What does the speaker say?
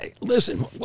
Listen